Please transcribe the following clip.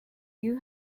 you